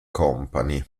company